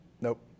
nope